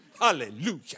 Hallelujah